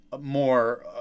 more